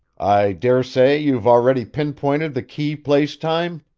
i daresay you've already pinpointed the key place-time?